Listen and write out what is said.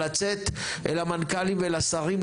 לצאת אל המנכ"לים והשרים,